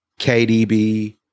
KDB